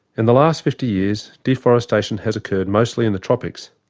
in the last fifty years, deforestation has occurred mostly in the tropics.